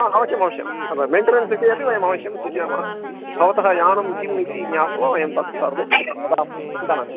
अवश्यम् अवश्यं मेन्टनन्स् विषये अपि वयम् अवश्यं सूचयामः भवतः यानं किम् इति ज्ञात्वा वयं तत् सर्वं वदामः चिन्ता नास्ति